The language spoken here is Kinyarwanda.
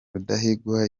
rudahigwa